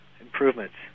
improvements